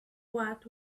what